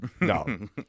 no